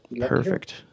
Perfect